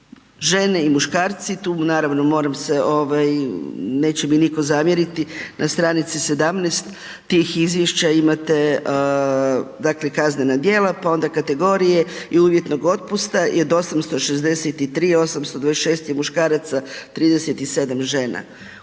žene i muškarci, tu naravno moram se, neće mi nitko zamjeriti, na str. 17 tih izvješća imate, dakle kaznena djela pa onda kategorije i uvjetnog otpusta i od 863, 826 je muškaraca, 37 žena.